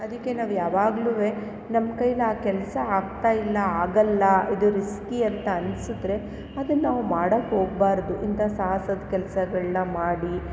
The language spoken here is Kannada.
ಅದಕ್ಕೆ ನಾವು ಯಾವಾಗ್ಲುನು ನಮ್ಮ ಕೈಯ್ಯಲ್ಲಿ ಆ ಕೆಲಸ ಆಗ್ತಾಯಿಲ್ಲ ಆಗೋಲ್ಲ ಇದು ರಿಸ್ಕಿ ಅಂತ ಅನ್ಸಿದ್ರೆ ಅದನ್ನಾವು ಮಾಡೋಕೆ ಹೋಗಬಾರ್ದು ಇಂಥ ಸಾಹಸದ ಕೆಲಸಗಳ್ನ ಮಾಡಿ